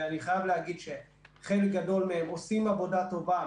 ואני חייב להגיד שחלק גדול מהם עושה עבודה טובה,